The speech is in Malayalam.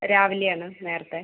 രാവിലെ ആണ് നേരത്തെ